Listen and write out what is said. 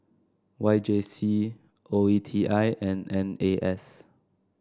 Y J C O E T I and N A S